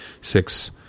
six